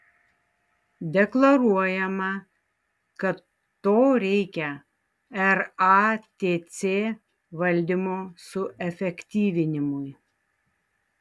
deklaruojama kad to reikia ratc valdymo suefektyvinimui